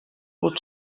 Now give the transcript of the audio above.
pot